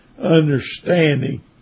Understanding